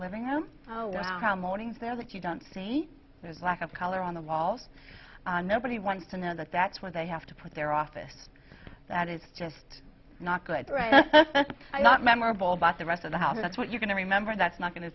living room oh wow mornings there that you don't see there's a lack of color on the wall so nobody wants to know that that's where they have to put their office that is just not good right not memorable but the rest of the house that's what you're going to remember that's not going to